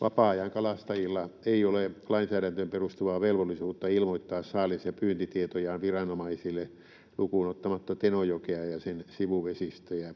Vapaa-ajankalastajilla ei ole lainsäädäntöön perustuvaa velvollisuutta ilmoittaa saalis- ja pyyntitietojaan viranomaisille lukuun ottamatta Tenojokea ja sen sivuvesistöjä.